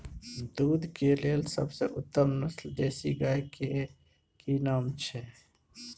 दूध के लेल सबसे उत्तम नस्ल देसी गाय के की नाम छै?